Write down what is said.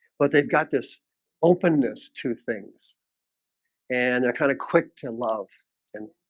but they've got this openness to things and they're kind of quick to love and